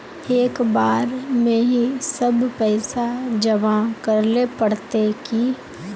एक बार में ही सब पैसा जमा करले पड़ते की?